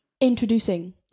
Introducing